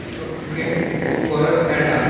तो क्रिकेट खूब बरोच खेळटा